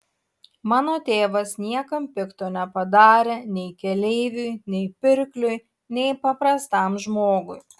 mano tėvas niekam pikto nepadarė nei keleiviui nei pirkliui nei paprastam žmogui